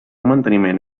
manteniment